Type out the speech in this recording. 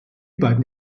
beiden